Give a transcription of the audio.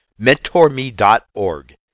MentorMe.org